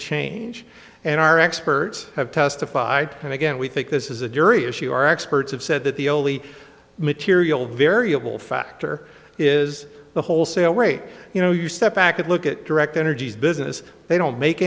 change and our experts have testified and again we think this is a jury issue our experts have said that the only material variable factor is the wholesale rate you know you step back and look at direct energy's business they don't make